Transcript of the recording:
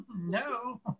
No